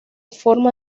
forma